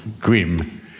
grim